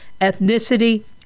ethnicity